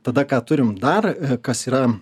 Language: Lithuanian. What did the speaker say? tada ką turim dar kas yra